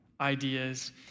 ideas